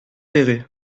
péray